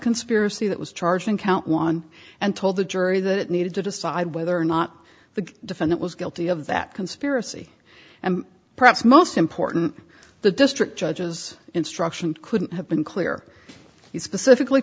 conspiracy that was charged in count one and told the jury that it needed to decide whether or not the defendant was guilty of that conspiracy and perhaps most important the district judge as instruction couldn't have been clear he specifically